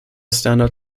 standard